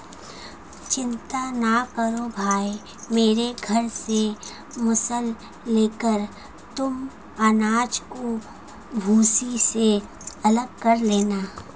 चिंता ना करो भाई मेरे घर से मूसल लेकर तुम अनाज को भूसी से अलग कर लेना